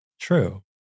true